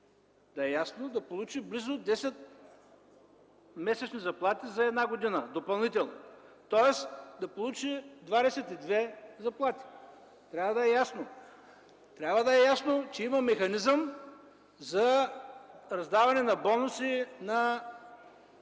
да е ясно, да получи близо 10 месечни заплати за една година допълнително! Тоест да получи 22 заплати. Трябва да е ясно. Трябва да е ясно, че има механизъм за раздаване на бонуси на